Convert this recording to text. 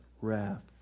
wrath